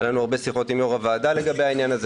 היו לנו הרבה שיחות עם יו"ר הוועדה לגבי העניין הזה,